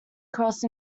crossed